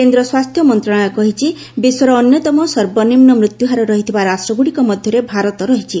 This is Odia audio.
କେନ୍ଦ୍ର ସ୍ୱାସ୍ଥ୍ୟମନ୍ତ୍ରଣାଳୟ କହିଛି ବିଶ୍ୱର ଅନ୍ୟତମ ସର୍ବନିମ୍ନ ମୃତ୍ୟୁହାର ରହିଥିବା ରାଷ୍ଟ୍ରଗୁଡିକ ମଧ୍ୟରେ ଭାରତ ରହିଛି